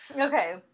okay